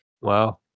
Wow